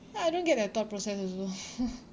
ya I don't get their thought process also